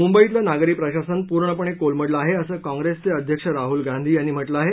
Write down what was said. मुंबईतलं नागरी प्रशासन पूर्णपणे कोलमडलं आहे असं काँप्रेसचे अध्यक्ष राहल गांधी यांनी म्हटलं आहे